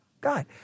God